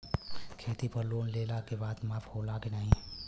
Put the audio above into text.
खेती पर लोन लेला के बाद माफ़ होला की ना?